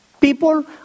people